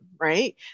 right